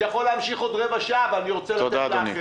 אני יכול להמשיך עוד רבע שעה אבל אני רוצה לתת לאחרים.